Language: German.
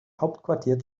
hauptquartier